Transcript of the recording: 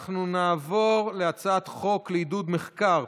אנחנו נעבור להצעת חוק לעידוד מחקר,